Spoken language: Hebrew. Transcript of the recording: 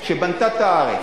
שבנתה את הארץ,